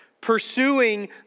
pursuing